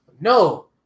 No